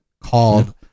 called